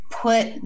put